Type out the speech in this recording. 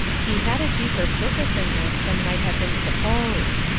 he had a deeper purpose in this than might have been supposed.